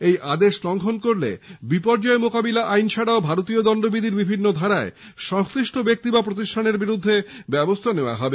এই আদেশ লঙ্ঘন করলে বিপর্যয় মোকাবিলা আইন ছাড়া ভারতীয় দন্ডবিধির বিভিন্ন ধারায় সংশ্লিষ্ট ব্যক্তির বিরুদ্ধে ব্যবস্থা নেওয়া হবে